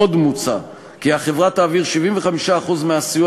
עוד מוצע כי החברה תעביר 75% מהסיוע